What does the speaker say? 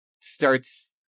starts